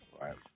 right